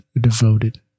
devoted